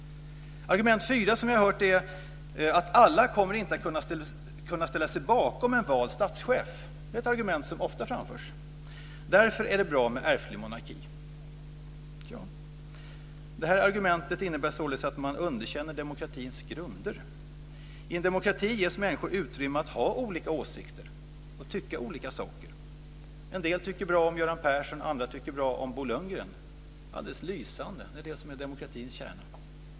Argument fyra är att alla inte kommer att kunna ställa sig bakom en vald statschef. Det är ett argument som ofta framförs. Därför skulle det vara bra med ärftlig monarki. Det argumentet innebär således att man underkänner demokratins grunder. I en demokrati ges människor utrymme att ha olika åsikter och tycka olika saker. En del tycker bra om Göran Persson och andra tycker bra om Bo Lundgren. Det är alldeles lysande - det är det som demokratins kärna. Det är inget fel.